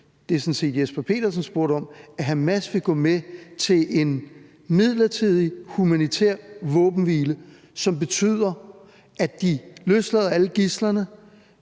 det, hr. Jesper Petersen spurgte om – at Hamas vil gå med til en midlertidig humanitær våbenhvile, som betyder, at de løslader alle gidslerne,